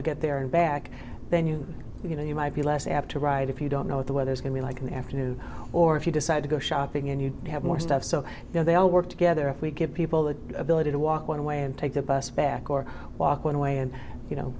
to get there and back then you you know you might be less apt to ride if you don't know what the weather is going to like in the afternoon or if you decide to go shopping and you have more stuff so they all work together if we give people the ability to walk one way and take the bus back or walk one way and you know